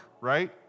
right